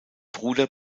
bruder